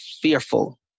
fearful